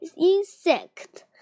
insect